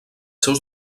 seus